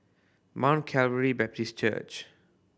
Mount Calvary Baptist Church